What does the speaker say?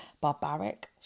barbaric